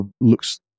looks